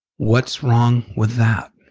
what's wrong with that?